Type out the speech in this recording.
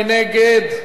מי נגד?